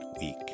week